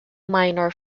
minor